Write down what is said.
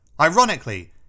Ironically